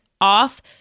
off